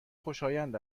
خوشایند